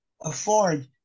afford